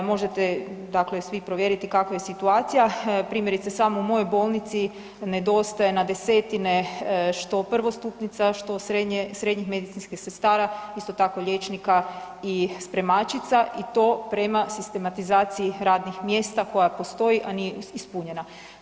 Možete svi provjeriti kakva je situacija, primjerice samo u mojoj bolnici nedostaje na desetine što prvostupnica, što srednjih medicinskih sestara, isto tako liječnika i spremačica i to prema sistematizaciji radnih mjesta koja postoji, a nije ispunjena.